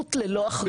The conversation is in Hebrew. סמכות ללא אחריות.